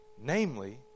Namely